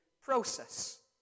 process